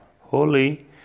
Holy